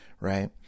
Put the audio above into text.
right